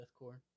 Deathcore